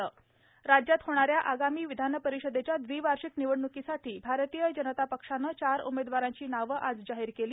पदवीधर मतदारसंघ राज्यात होणाऱ्या आगामी विधानपरिषदेच्या दविवार्षिक निवडण्कीसाठी भारतीय जनता पक्षानं चार उमेदवारांची नावं आज जाहीर केली